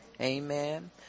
Amen